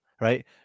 Right